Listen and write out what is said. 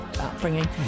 upbringing